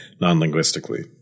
non-linguistically